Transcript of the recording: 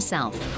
South